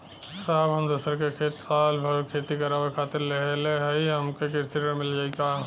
साहब हम दूसरे क खेत साल भर खेती करावे खातिर लेहले हई हमके कृषि ऋण मिल जाई का?